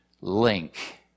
link